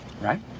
right